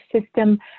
system